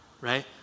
right